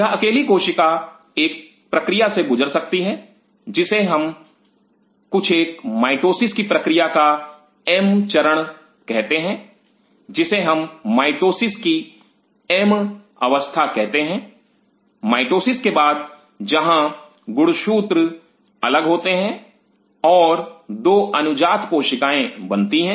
यह अकेली कोशिका एक प्रक्रिया से गुज़र सकती है जिसे कुछ एक माइटोसिस की प्रक्रिया का एम चरण कहते हैं जिसे हम माइटोसिस की एम अवस्था कहते हैं माइटोसिस के बाद जहां गुणसूत्र अलग होते हैं और दो अनुजात कोशिकाएं बनती हैं